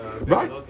Right